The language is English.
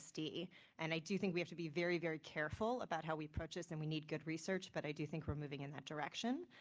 and i do think we have to be very, very careful about how we approach this and we need good research, but i do think we're moving in that direction.